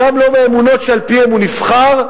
גם לא מהאמונות שעל-פיהן הוא נבחר,